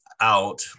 out